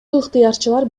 ыктыярчылар